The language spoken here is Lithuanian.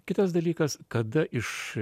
kitas dalykas kada iš